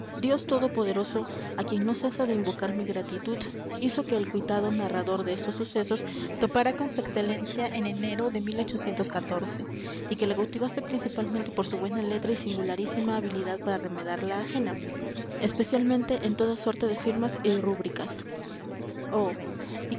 dios todopoderoso a quien no cesa de invocar mi gratitud hizo que el cuitado narrador de estos sucesos topara con su excelencia en enero de y que le cautivase principalmente por su buena letra y singularísima habilidad para remedar la ajena especialmente en toda suerte de firmas y rúbricas oh